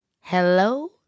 hello